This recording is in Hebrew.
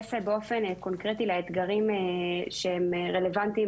אתייחס באופן קונקרטי לאתגרים שהם רלוונטיים